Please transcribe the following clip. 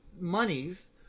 Monies